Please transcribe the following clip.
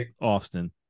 Austin